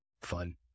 fun